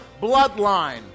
bloodline